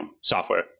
software